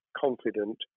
confident